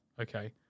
okay